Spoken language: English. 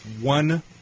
one